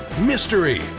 mystery